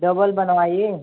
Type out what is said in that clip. double बनवाइए